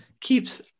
keeps